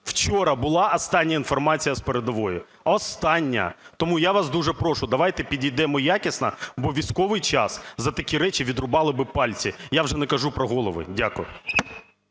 Вчора була остання інформація з передової, остання. Тому я вас дуже прошу, давайте підійдемо якісно, бо у військовий час за такі речі відрубали би пальці, я вже не кажу про голови. Дякую.